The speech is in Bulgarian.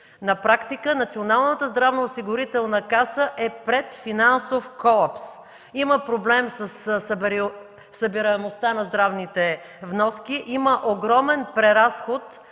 На практика Националната здравноосигурителна каса е пред финансов колапс. Има проблем със събираемостта на здравните вноски. Има огромен преразход